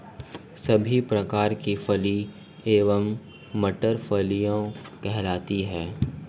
सभी प्रकार की फली एवं मटर फलियां कहलाती हैं